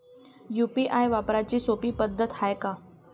UPI वापराची सोपी पद्धत हाय का?